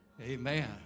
Amen